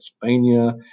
Pennsylvania